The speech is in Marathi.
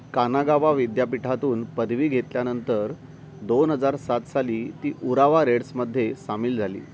कानागावा विद्यापीठातून पदवी घेतल्यानंतर दोन हजार सात साली ती उरावा रेड्समध्ये सामील झाली